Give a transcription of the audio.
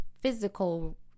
physical